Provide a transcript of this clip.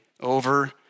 over